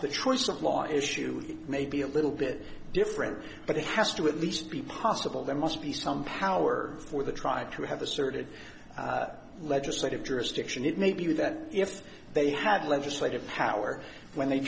the choice of law issue may be a little bit different but it has to at least be possible there must be some power for the try to have asserted legislative jurisdiction it may be that if they have legislative power when they